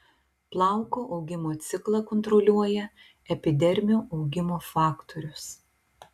plauko augimo ciklą kontroliuoja epidermio augimo faktorius